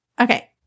Okay